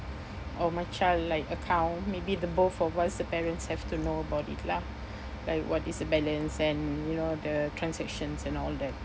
or my child like account maybe the both of us the parents have to know about it lah like what is the balance and you know the transactions and all that